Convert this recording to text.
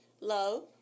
love